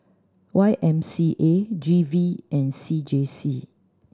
Y M C A G V and C J C